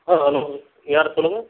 ஆ hello யார் சொல்லுங்கள்